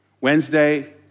Wednesday